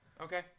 Okay